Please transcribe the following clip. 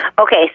Okay